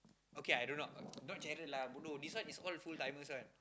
okay I don't know not jealous lah bodoh this one is all full-timers one